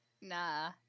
Nah